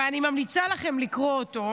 ואני ממליצה לכם לקרוא אותו,